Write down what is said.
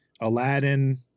Aladdin